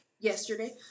yesterday